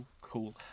cool